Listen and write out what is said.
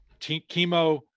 Chemo